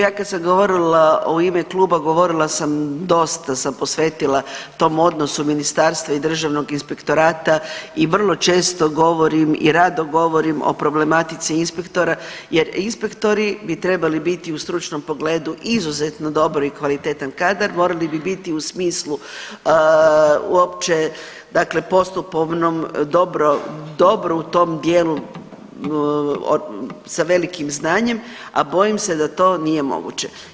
Ja kad sam govorila u ime Kluba, govorila sam dosta sam posvetila tom odnosu ministarstva i Državnog inspektorata i vrlo često govorim i rado govorim o problematici inspektora jer inspektori bi trebali biti u stručnom pogledu izuzetno dobro i kvalitetan kadar, morali bi biti u smislu uopće dakle postupovnom dobro, dobro u tom dijelu sa velikim znanjem, a bojim se da to nije moguće.